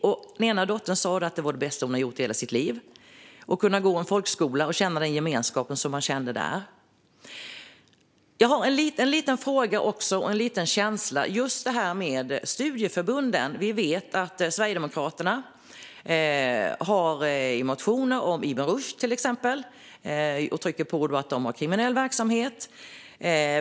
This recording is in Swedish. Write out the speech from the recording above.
Den ena dottern sa att det var det bästa hon hade gjort i hela sitt liv att gå på folkhögskola och känna den gemenskap som man kände där. Jag har en liten fråga och en liten känsla som gäller studieförbunden. Vi vet att Sverigedemokraterna har motioner om till exempel Ibn Rushd. De trycker på att det har kriminell verksamhet.